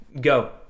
go